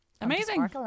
Amazing